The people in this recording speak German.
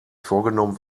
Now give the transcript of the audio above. vorgenommen